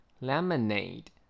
Lemonade